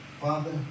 Father